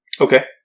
Okay